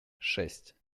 шесть